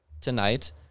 tonight